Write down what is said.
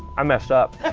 i messed up.